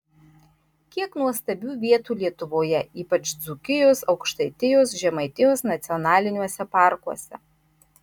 kiek nuostabių vietų lietuvoje ypač dzūkijos aukštaitijos žemaitijos nacionaliniuose parkuose